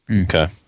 Okay